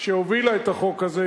שהובילה את החוק הזה,